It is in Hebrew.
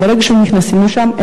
ברגע שנכנסים לשם,